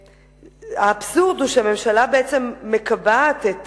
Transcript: האבסורד הוא שהממשלה בעצם מקבעת את